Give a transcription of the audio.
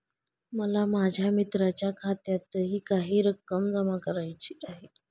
मला माझ्या मित्राच्या खात्यातही काही रक्कम जमा करायची आहे